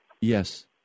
Yes